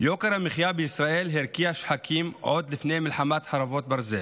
"יוקר המחיה בישראל הרקיע שחקים עוד לפני מלחמת 'חרבות ברזל',